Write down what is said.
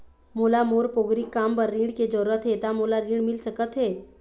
मोला मोर पोगरी काम बर ऋण के जरूरत हे ता मोला ऋण मिल सकत हे?